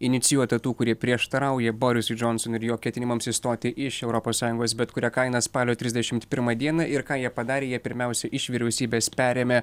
inicijuota tų kurie prieštarauja borisui džonsonui ir jo ketinimams išstoti iš europos sąjungos bet kuria kaina spalio trisdešim pirmą dieną ir ką jie padarė jie pirmiausia iš vyriausybės perėmė